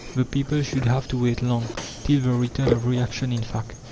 the people should have to wait long till return of reaction, in fact!